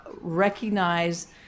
recognize